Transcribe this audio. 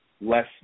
less